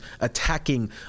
attacking